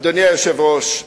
אדוני היושב-ראש,